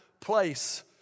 place